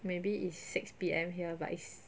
maybe it's six P_M here but it's